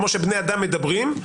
כמו שבני אדם מדברים,